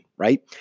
right